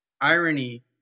Irony